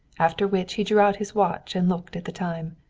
after which he drew out his watch and looked at the time!